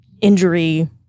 injury